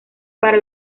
para